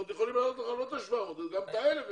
עוד יכולים להעלות לך לא את ה-700 אלא גם את ה-1,000.